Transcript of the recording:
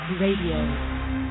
radio